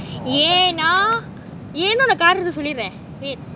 யேனா இல்ல நா காரணத்த சொல்லிட்றேன்:yenaa illa na karanatha sollidren